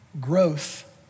growth